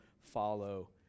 follow